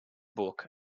book